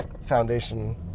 foundation